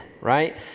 Right